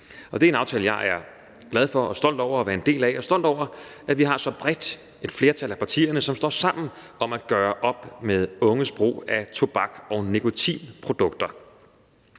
dag. Det er en aftale, jeg er glad for og stolt over at være en del af. Jeg er stolt over, at vi har så bredt et flertal af partierne, som står sammen om at gøre op med unges brug af tobak og nikotinprodukter.